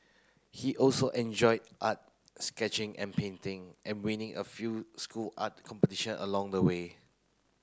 he also enjoyed art sketching and painting and winning a few school art competition along the way